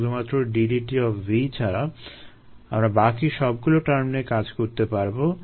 শুধুমাত্র dVdt ছাড়া আমরা বাকি সবগুলো টার্ম নিয়ে আমরা কাজ করতে পারবো